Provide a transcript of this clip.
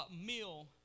meal